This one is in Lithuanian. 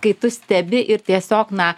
kai tu stebi ir tiesiog na